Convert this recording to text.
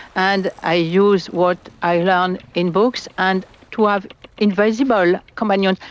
and i used what i learnt in books and to have invisible companions.